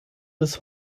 bis